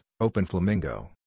OpenFlamingo